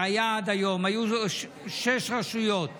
שהיה עד היום, היו שש רשויות